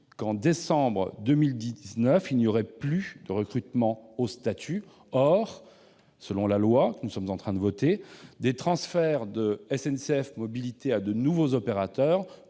de décembre 2019 il n'y aurait plus de recrutement au statut. Or, selon le projet de loi que nous sommes en train de voter, les transferts de SNCF Mobilités à de nouveaux opérateurs